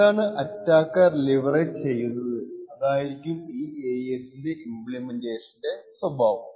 എന്താണ് attacker leverage ചെയ്യുന്നത് അതായിരിക്കും ഈ AES ഇമ്പ്ലിമെന്റേഷൻറെ സ്വഭാവം